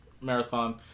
marathon